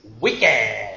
Wicked